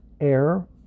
air